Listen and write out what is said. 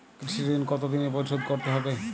কৃষি ঋণ কতোদিনে পরিশোধ করতে হবে?